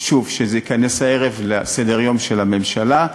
כדי שזה ייכנס הערב לסדר-היום של הממשלה,